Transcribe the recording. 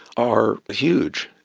are huge.